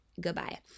goodbye